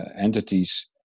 entities